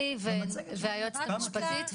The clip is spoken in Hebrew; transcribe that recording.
שלי והיועצת המשפטית.